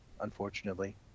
unfortunately